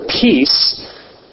peace